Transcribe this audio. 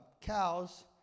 cows